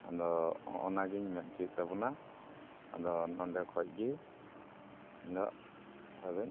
ᱟᱫᱚ ᱱᱚᱜᱼᱚ ᱱᱟ ᱜᱮᱧ ᱢᱮᱱ ᱦᱚᱪᱚᱭᱮᱫ ᱛᱟᱵᱚᱱᱟ ᱟᱫᱚ ᱱᱚᱰᱮ ᱠᱷᱚᱱ ᱜᱮ ᱤᱧ ᱫᱚ ᱠᱟᱛᱷᱟ ᱫᱚᱧ